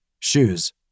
shoes